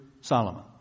Solomon